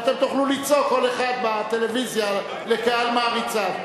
ואתם תוכלו לצעוק כל אחד בטלוויזיה לקהל מעריציו.